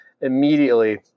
immediately